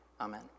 amen